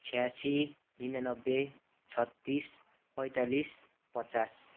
छ्यासी निन्नानब्बे छत्तिस पैँतालिस पचास